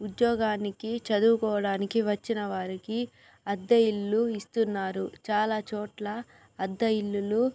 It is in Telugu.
ఉద్యోగానికి చదువుకోవడానికి వచ్చిన వారికి అద్దె ఇల్లు ఇస్తున్నారు చాలా చోట్ల అద్దె ఇల్లులు